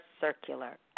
circular